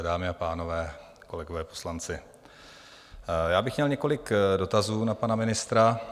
Dámy a pánové, kolegové poslanci, já bych měl několik dotazů na pana ministra.